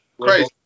crazy